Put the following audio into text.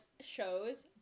shows